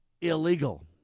illegal